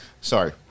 sorry